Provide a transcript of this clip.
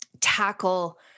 Tackle